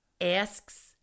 asks